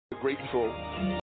grateful